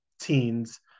teens